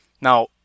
Now